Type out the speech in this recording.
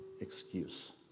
excuse